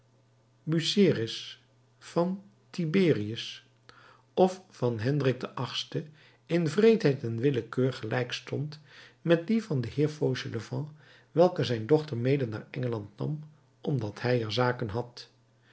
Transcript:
busiris van tiberius of van hendrik viii in wreedheid en willekeur gelijk stond met die van den heer fauchelevent welke zijn dochter mede naar engeland nam omdat hij er zaken had